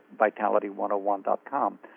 vitality101.com